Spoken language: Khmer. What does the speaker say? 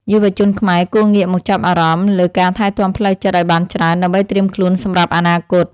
យុវជនខ្មែរគួរងាកមកចាប់អារម្មណ៍លើការថែទាំផ្លូវចិត្តឱ្យបានច្រើនដើម្បីត្រៀមខ្លួនសម្រាប់អនាគត។